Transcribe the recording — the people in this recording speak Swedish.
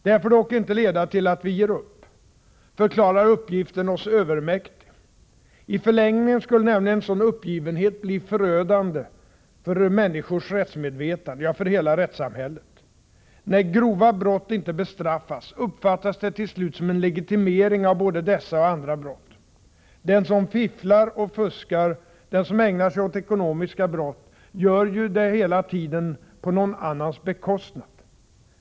Detta får dock inte leda till att vi ger upp och förklarar uppgiften oss övermäktig. I förlängningen skulle nämligen en sådan uppgivenhet bli förödande för människors rättsmedvetande — ja, för hela rättssamhället. När grova brott inte bestraffas uppfattas det till slut som en legitimering av både dessa och andra brott. Den som fifflar och fuskar, den som ägnar sig åt ekonomiska brott, gör det ju hela tiden på någon annans bekostnad.